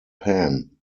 pan